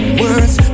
words